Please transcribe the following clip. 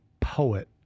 poet